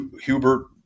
Hubert